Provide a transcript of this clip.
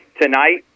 tonight